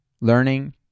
learning